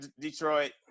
Detroit